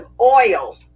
oil